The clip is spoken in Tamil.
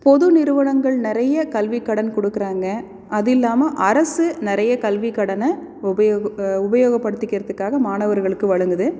பொது நிறுவனங்கள் நிறைய கல்வி கடன் கொடுக்குறாங்க அது இல்லாமல் அரசு நிறைய கல்வி கடனை உபயோக உபயோகப்படுத்திக்கிறதுக்காக மாணவர்களுக்கு வழங்குது